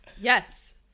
yes